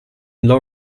low